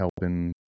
helping